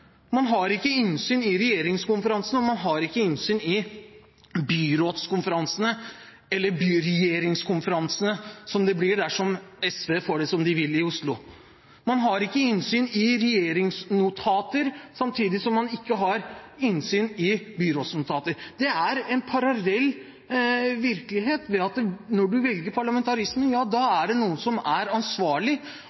Man har ikke innsyn i regjeringskonferansene, og man har ikke innsyn i byrådskonferansene, eller byregjeringskonferansene, som det blir dersom SV får det som de vil i Oslo. Man har ikke innsyn i regjeringsnotater, samtidig som man ikke har innsyn i byrådsnotater. Det er en parallell virkelighet, ved at når man velger parlamentarisme, er det noen som er ansvarlig